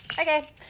Okay